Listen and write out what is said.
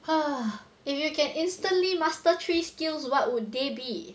ha if you can instantly master three skills what would they be